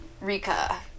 Rika